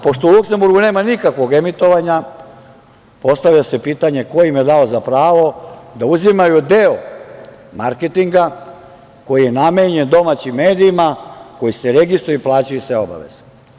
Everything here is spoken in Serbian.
Pošto u Luksenburgu nema nikakvog emitovanja postavlja se pitanje ko im je dao za pravo da uzimaju deo marketinga koji je namenjen domaćim medijima, koji se registruje i plaćaju se obaveze?